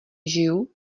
žiju